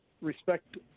respect